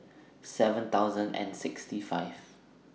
seven thousand and sixty five